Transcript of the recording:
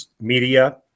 media